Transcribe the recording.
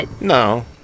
No